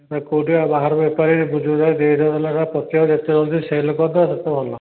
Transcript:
କେଉଁଠି ବାହାର ବେପାରୀ ବୁଝିବୁଝାକି ଦେଇ ଦେବ ହେଲେ ଏଇଟା ପଚିବ ଯେତେ ଜଲ୍ଦି ସେଲ୍ କରିଦେବ ସେତେ ଭଲ